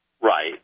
Right